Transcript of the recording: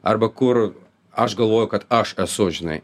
arba kur aš galvoju kad aš esu žinai